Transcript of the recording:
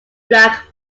black